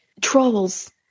trolls